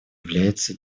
является